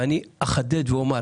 ואני אחדד ואומר,